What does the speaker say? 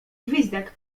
gwizdek